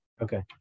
okay